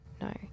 no